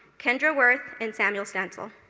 kendra wuerth and samuel stansel.